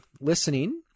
listening